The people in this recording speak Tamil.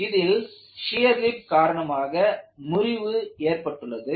மீண்டும் இதில் ஷியர் லிப் காரணமாக முறிவு ஏற்பட்டுள்ளது